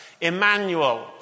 Emmanuel